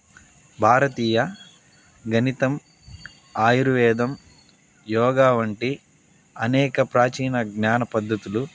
భారతీయ గణితం ఆయుర్వేదం యోగా వంటి అనేక ప్రాచీన జ్ఞాన పద్దతులు